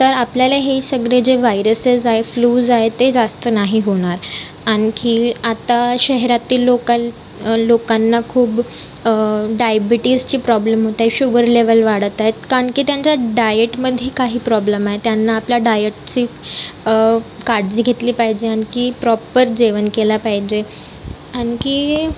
तर आपल्याला हे सगळे जे वायरसेस आहे फ्लूज आहेत ते जास्त नाही होणार आणखी आता शहरातील लोकल लोकांना खूप डायबिटीसचे प्रॉब्लेम होत आहे शुगर लेवल वाढत आहेत कारण की त्यांच्या डायेटमध्ये काही प्रॉब्लम आहे त्यांना आपल्या डायटची काळजी घेतली पाहिजे आणखी प्रॉपर जेवण केलं पाहिजे आणखी